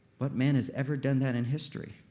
what man has ever done that in history?